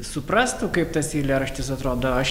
suprastų kaip tas eilėraštis atrodo aš